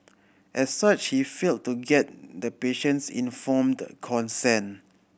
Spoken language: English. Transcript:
as such he failed to get the patient's informed consent